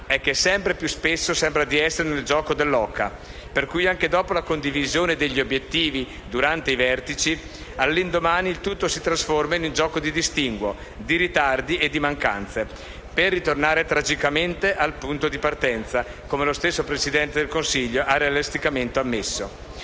è che sempre più spesso sembra di essere nel gioco dell'oca, per cui anche dopo la condivisione degli obiettivi durante i vertici, all'indomani il tutto si trasforma in un gioco di distinguo, di ritardi e di mancanze, per ritornare, tragicamente, al punto di partenza, come lo stesso Presidente del Consiglio ha realisticamente ammesso.